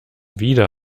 wieder